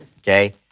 Okay